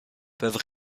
peuvent